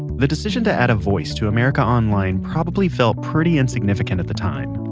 the decision to add a voice to america online probably felt pretty insignificant at the time,